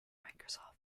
microsoft